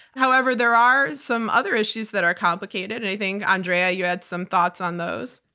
however, there are some other issues that are complicated, and i think, andrea, you had some thoughts on those.